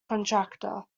contractor